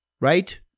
right